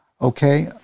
Okay